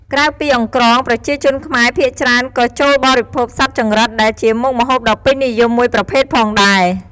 ក្រៅពីអង្រ្កង ប្រជាជនខ្មែរភាគច្រើនក៏ចូលបរិភោគសត្វចង្រិតដែលជាមុខម្ហូបដ៏ពេញនិយមមួយប្រភេទផងដែរ។